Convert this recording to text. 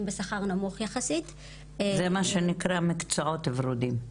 בשכר נמוך יחסית- -- זה מה שנקרא מקצועות ורודים.